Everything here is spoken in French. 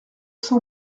cent